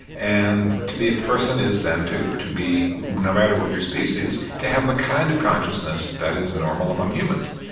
and to be a person is then to to be, no matter what your species, to have the kind of consciousness that is normal among humans.